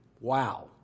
Wow